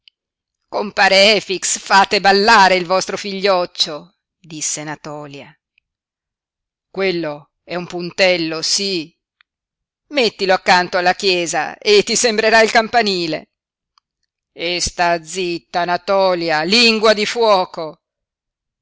zie compare efix fate ballare il vostro figlioccio disse natòlia quello è un puntello sí mettilo accanto alla chiesa e ti sembrerà il campanile e sta zitta natòlia lingua di fuoco